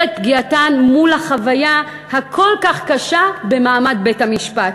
את פגיעתן מול החוויה הכל-כך קשה במעמד בית-המשפט,